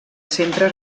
centre